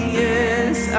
yes